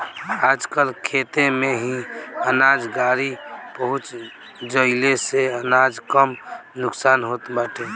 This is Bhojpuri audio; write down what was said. आजकल खेते में ही अनाज गाड़ी पहुँच जईले से अनाज कम नुकसान होत बाटे